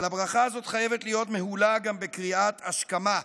אבל הברכה הזאת חייבת להיות מהולה גם בקריאת השכמה,